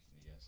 Yes